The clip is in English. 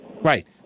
right